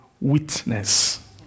witness